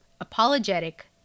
apologetic